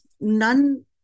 none